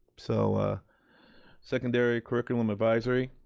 so ah secondary curriculum advisory.